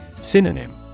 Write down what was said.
Synonym